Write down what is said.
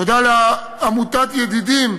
תודה לעמותת "ידידים"